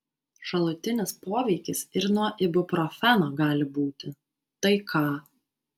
šalutinis poveikis ir nuo ibuprofeno gali būti tai ką